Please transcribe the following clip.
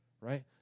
right